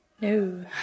No